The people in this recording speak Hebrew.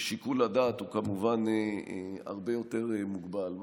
ושיקול הדעת הוא כמובן הרבה יותר מוגבל.